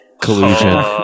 collusion